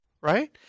right